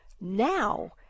now